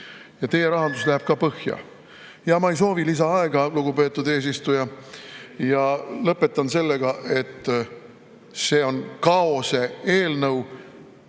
ja teie rahandus läheb ka põhja. Ma ei soovi lisaaega, lugupeetud eesistuja. Ja lõpetan sellega, et see on kaose eelnõu,